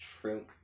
true